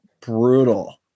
brutal